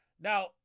Now